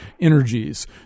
energies